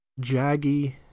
Jaggy